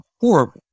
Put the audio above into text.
horrible